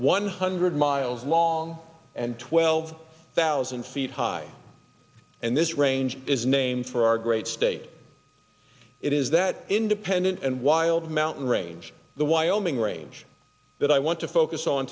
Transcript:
one hundred miles long and twelve thousand feet high and this range is named for our great state it is that independent and wild mountain range the wyoming range that i want to focus on